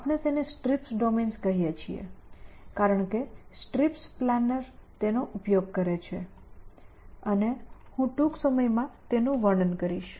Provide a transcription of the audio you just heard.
આપણે તેમને STRIPS domains કહીએ છીએ કારણ કે STRIPS પ્લાનર તેનો ઉપયોગ કરે છે અને હું ટૂંક સમયમાં તેનું વર્ણન કરીશ